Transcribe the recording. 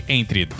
entre